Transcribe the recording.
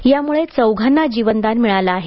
त्यामुळे चौघांना जीवदान मिळाले आहे